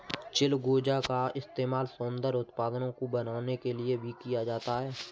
चिलगोजा का इस्तेमाल सौन्दर्य उत्पादों को बनाने के लिए भी किया जाता है